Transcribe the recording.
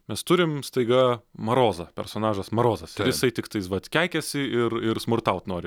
mes turim staiga marozą personažas marozas jisai tiktais vat keikiasi ir ir smurtaut nori